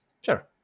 sure